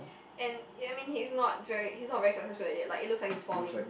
and ya I mean he's not very he's not very successful at it like it looks like he's falling